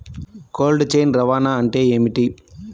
Cold chain రవాణా అంటే ఏమిటీ?